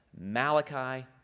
Malachi